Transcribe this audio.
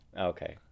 okay